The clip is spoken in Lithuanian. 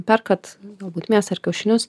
perkat galbūt mėsą ir kiaušinius